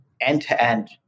end-to-end